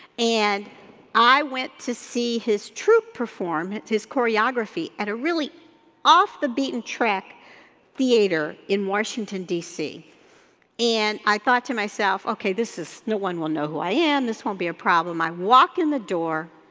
and i went to see his true performance, his choreography at a really off-the-beaten-track theater in washington dc and i thought to myself, okay this is, no one will know who i am, this won't be a problem. i walk in the door,